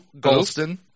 Golston